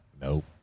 nope